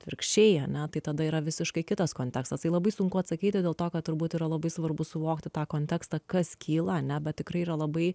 atvirkščiai ane tai tada yra visiškai kitas kontekstas tai labai sunku atsakyti dėl to kad turbūt yra labai svarbu suvokti tą kontekstą kas kyla ane bet tikrai yra labai